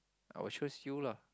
I will choose you lah